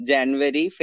January